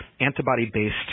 antibody-based